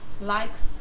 likes